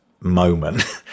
moment